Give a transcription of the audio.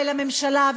ואל הממשלה,